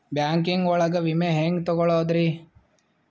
Banking ಒಳಗ ವಿಮೆ ಹೆಂಗ್ ತೊಗೊಳೋದ್ರಿ?